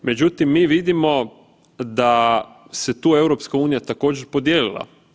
Međutim, mi vidimo da se tu EU također podijelila.